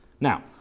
Now